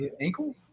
Ankle